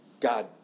God